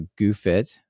Goofit